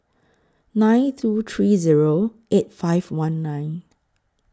nine two three Zero eight five one nine